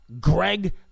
Greg